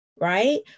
right